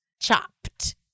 Chopped